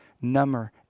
number